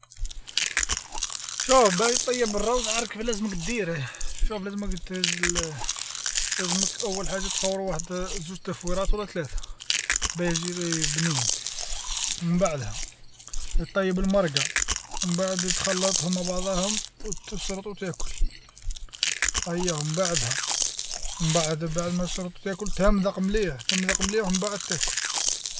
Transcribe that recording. شوف باه تطيب الروز عارف واش لازمك دير، شوف لازمك تهز لازمك أول حاجة تفورو واحد جوج تفويرات ولا ثلاثة باه يجي بنين من بعدها يطيب المرقة من بعد تخلطهم مع بعضاهم وتصرط وتاكل، أيا من بعدها من بعد تصرط وتاكل أمضغ مليح أمضغ مليح ومن تاكل.